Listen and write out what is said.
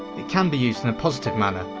it can be used in a positive manner.